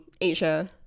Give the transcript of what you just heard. Asia